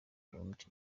umuti